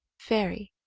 fairy.